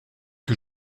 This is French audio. que